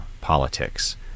politics